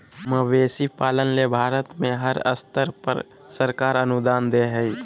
मवेशी पालन ले भारत में हर स्तर पर सरकार अनुदान दे हई